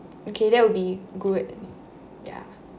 okay that will be good ya